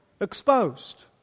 exposed